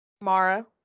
Mara